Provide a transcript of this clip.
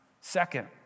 Second